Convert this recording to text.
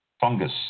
fungus